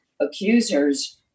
accusers